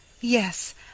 Yes